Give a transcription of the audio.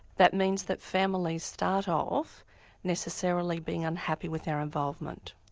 that means that families start off necessarily being unhappy with our involvement.